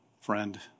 Friend